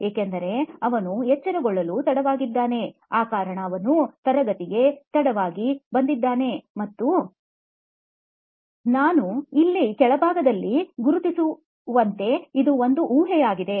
ಏಕೆಂದರೆ ಅವನು ಎಚ್ಚರಗೊಳ್ಳಲು ತಡವಾಗಿದ್ದಾನೆ ಆ ಕಾರಣ ಅವನು ತರಗತಿಗೆ ತಡವಾಗಿ ಬಂದಿದ್ದಾನೆ ಈಗ ಮತ್ತೆ ನಾನು ಇಲ್ಲಿ ಕೆಳಭಾಗದಲ್ಲಿ ಗುರುತಿಸಿರುವಂತೆ ಇದು ಒಂದು ಊಹೆಯಾಗಿದೆ